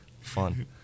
fun